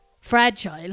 fragile